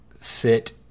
sit